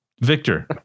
Victor